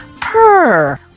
purr